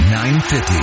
950